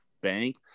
Bank